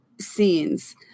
scenes